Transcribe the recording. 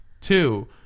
two